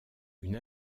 une